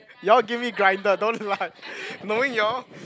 you all give me grinder don't lie knowing you all